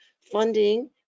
funding